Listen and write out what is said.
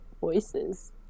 voices